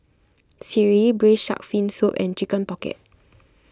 Sireh Braised Shark Fin Soup and Chicken Pocket